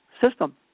system